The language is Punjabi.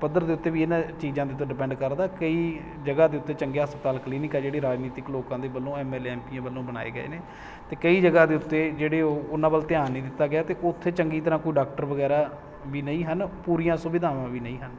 ਪੱਧਰ ਦੇ ਉੱਤੇ ਵੀ ਇਹਨਾਂ ਚੀਜ਼ਾਂ ਦੇ ਉੱਤੇ ਡਿਪੈਂਡ ਕਰਦਾ ਹੈ ਕਈ ਜਗ੍ਹਾ ਦੇ ਉੱਤੇ ਚੰਗੇ ਹਸਪਤਾਲ ਕਲੀਨੀਕ ਹੈ ਜਿਹੜੇ ਰਾਜਨੀਤਿਕ ਲੋਕਾਂ ਦੇ ਵੱਲੋਂ M L A M P ਆਂ ਵੱਲੋਂ ਬਣਾਏ ਗਏ ਨੇ ਅਤੇ ਕਈ ਜਗ੍ਹਾ ਦੇ ਉੱਤੇ ਜਿਹੜੇ ਉਹ ਉਹਨਾਂ ਵੱਲ ਧਿਆਨ ਨਹੀਂ ਦਿੱਤਾ ਗਿਆ ਅਤੇ ਉੱਥੇ ਚੰਗੀ ਤਰ੍ਹਾਂ ਕੋਈ ਡਾਕਟਰ ਵਗੈਰਾ ਵੀ ਨਹੀਂ ਹਨ ਪੂਰੀਆਂ ਸੁਵਿਧਾਵਾਂ ਵੀ ਨਹੀਂ ਹਨ